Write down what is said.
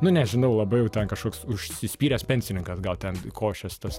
nu nežinau labai jau ten kažkoks užsispyręs pensininkas gal ten košes tas